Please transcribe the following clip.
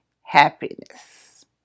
happiness